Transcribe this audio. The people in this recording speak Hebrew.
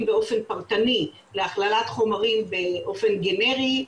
באופן פרטני להכללת חומרים באופן גנרי,